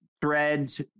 threads